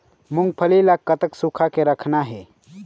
मूंगफली ला कतक सूखा के रखना हे?